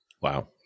Wow